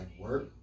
work